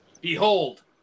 Behold